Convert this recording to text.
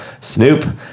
Snoop